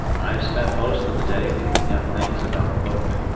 i have spent most of the day picking up things about the boat.